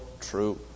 true